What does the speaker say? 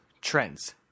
trends